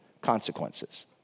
consequences